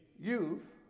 youth